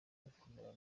gukomera